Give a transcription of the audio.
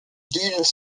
vives